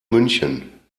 münchen